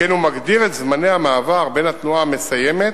שכן הוא מגדיר את זמני המעבר בין התנועה המסיימת